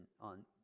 on